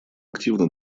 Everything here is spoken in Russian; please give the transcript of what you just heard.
активно